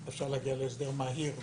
אפשר להגיע להסדר מהיר.